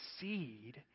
seed